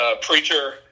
preacher